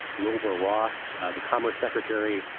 wilbur ross, the commerce secretary.